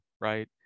right